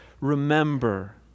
remember